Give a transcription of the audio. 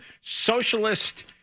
socialist